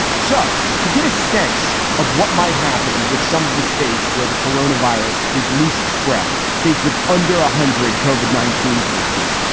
so to get a sense of what might happen with some of the states where the corona virus is least spread. states with under one ah hundred covered nineteen cases.